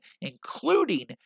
including